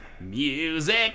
Music